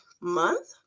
month